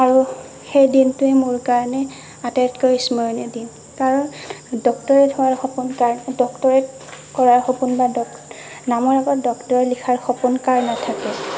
আৰু সেই দিনটোয়েই মোৰ কাৰণে আটাইতকৈ স্মৰণীয় দিন কাৰণ ডক্টৰেট হোৱাৰ সপোন কাৰ ডক্টৰেট কৰাৰ সপোন বা ডক্টৰেট নামৰ আগত ডক্টৰেট লিখাৰ সপোন কাৰ নাথাকে